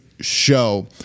show